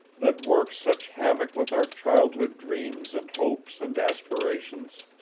that work such havoc with our childhood dreams and hopes and aspirations!